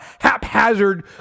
haphazard